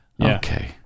okay